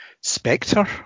Spectre